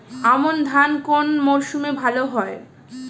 আমন ধান কোন মরশুমে ভাল হয়?